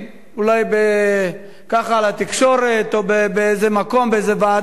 אולי לתקשורת או באיזה מקום, באיזו ועדה,